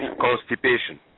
constipation